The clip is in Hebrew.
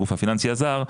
הגוף הפיננסי הזר,